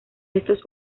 estos